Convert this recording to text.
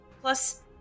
plus